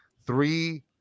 three